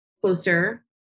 closer